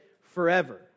forever